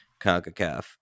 CONCACAF